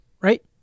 right